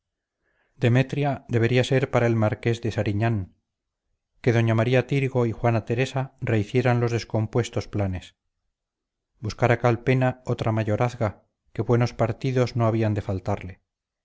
demetria debería ser para el marqués de sariñán que doña maría tirgo y juana teresa rehicieran los descompuestos planes buscara calpena otra mayorazga que buenos partidos no habían de faltarle